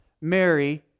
Mary